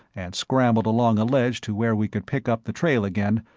and scrambled along a ledge to where we could pick up the trail again,